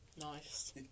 Nice